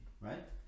Right